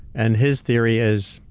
and his theory is,